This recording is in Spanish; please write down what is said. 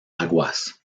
aguas